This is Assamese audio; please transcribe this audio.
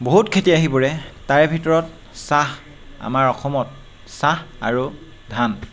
বহুত খেতি আহি পৰে তাৰে ভিতৰত চাহ আমাৰ অসমত চাহ আৰু ধান